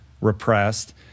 repressed